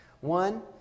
One